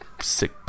sick